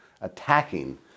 attacking